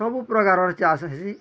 ସବୁ ପ୍ରକାରର ଚାଷ୍ ହେସିଁ